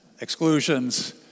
exclusions